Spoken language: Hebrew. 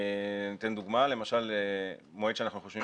אני אתן דוגמה, למשל, מועד שאנחנו חושבים